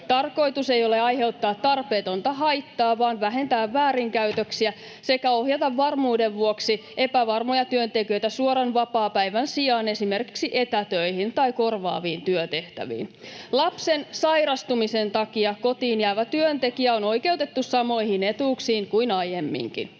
Tarkoitus ei ole aiheuttaa tarpeetonta haittaa vaan vähentää väärinkäytöksiä sekä ohjata varmuuden vuoksi epävarmoja työntekijöitä suoran vapaapäivän sijaan esimerkiksi etätöihin tai korvaaviin työtehtäviin. [Li Andersson: Lex Purra!] Lapsen sairastumisen takia kotiin jäävä työntekijä on oikeutettu samoihin etuuksiin kuin aiemminkin.